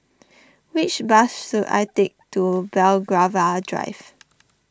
which bus should I take to Belgravia Drive